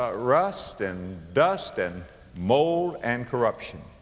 ah rust and dust and mold and corruption.